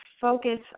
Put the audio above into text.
focus